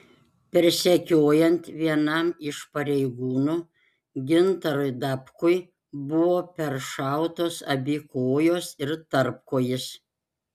persekiojant vienam iš pareigūnų gintarui dabkui buvo peršautos abi kojos ir tarpkojis